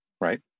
Right